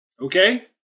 okay